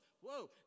whoa